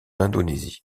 indonésie